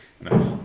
Nice